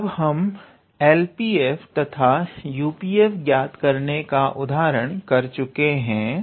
तो अब जब हम LP f तथा UP f ज्ञात करने का उदाहरण कर चुके हैं